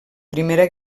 primera